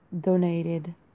donated